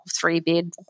three-bed